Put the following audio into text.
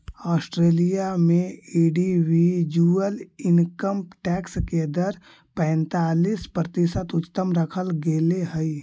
Australia में individual income tax के दर पैंतालीस प्रतिशत उच्चतम रखल गेले हई